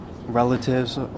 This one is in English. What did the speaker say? relatives